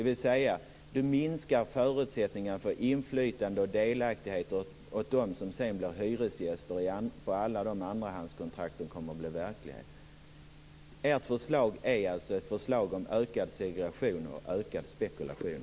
Ni minskar förutsättningen för inflytande och delaktighet för dem som sedan blir hyresgäster på alla de andrahandskontrakt som kommer att blir verklighet. Ert förslag är ett förslag om ökad segregation och ökad spekulation.